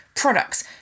products